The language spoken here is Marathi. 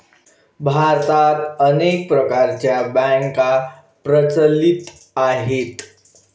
भारतात अनेक प्रकारच्या बँका प्रचलित आहेत